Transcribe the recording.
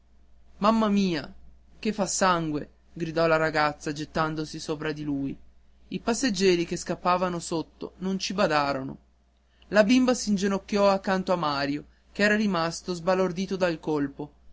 mamma mia che fa sangue gridò la ragazza gettandosi sopra di lui i passeggieri che scappavano sotto non ci badarono la bimba s'inginocchiò accanto a mario ch'era rimasto sbalordito dal colpo